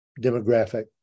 demographic